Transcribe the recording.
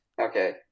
Okay